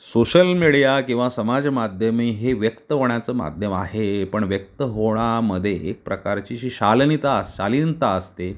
social media किंवा समाज माध्यमे हे व्यक्त होण्याचं माध्यम आहे पण व्यक्त होण्यामध्ये एक प्रकारची जी शालीनता शालीनता असते